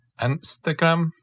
Instagram